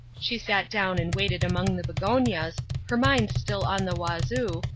she sat down and waited among the begonias, her mind still on the wazoo,